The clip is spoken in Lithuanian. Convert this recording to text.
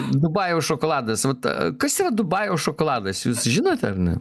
dubajaus šokoladas vat kas yra dubajaus šokoladas jūs žinote ar ne